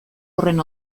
horren